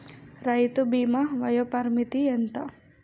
రైతు బీమా వయోపరిమితి ఎంత?